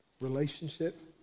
Relationship